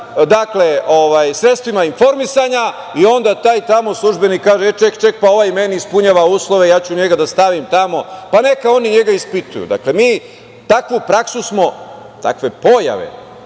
javnim sredstvima informisanja, i onda taj tamo službenik kaže, čekaj ovaj meni ispunjava uslove i ja ću njega da stavim tamo, pa neka oni njega ispituju. Mi takvu praksu smo, takve pojave,